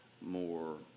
more